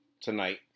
tonight